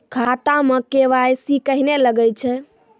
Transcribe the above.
खाता मे के.वाई.सी कहिने लगय छै?